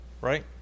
Right